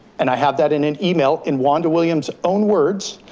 and i have that in an email in wanda williams' own words,